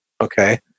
Okay